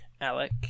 Alec